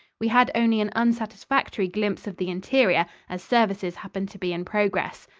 we had only an unsatisfactory glimpse of the interior, as services happened to be in progress.